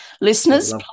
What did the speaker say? Listeners